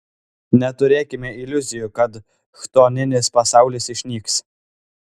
neturėkime iliuzijų kad chtoninis pasaulis išnyks